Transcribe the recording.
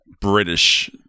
British